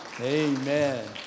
Amen